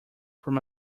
from